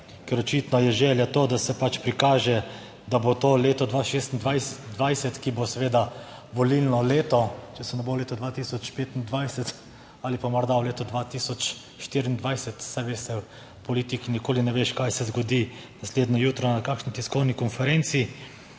ker očitno je želja to, da se prikaže, da bo to leto 2026, ki bo seveda, volilno leto, če se ne bo v letu 2025 ali pa morda v letu 2024, saj veste, v politiki nikoli ne veš, kaj se zgodi naslednje jutro na kakšni tiskovni konferenci.